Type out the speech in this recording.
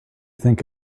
think